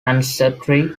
ancestry